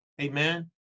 Amen